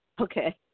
Okay